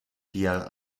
der